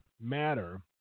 Matter